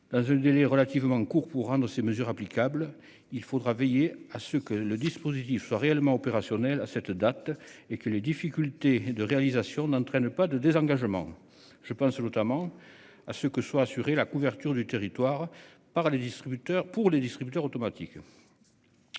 Dans un délai relativement court pour un de ces mesures, applicables. Il faudra veiller à ce que le dispositif soit réellement opérationnel à cette date et que les difficultés de réalisation n'entraîne pas de désengagement. Je pense notamment à ce que soit assurée. La couverture du territoire par les distributeurs pour les